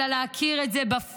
אלא להכיר את זה בפועל,